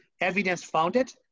evidence-founded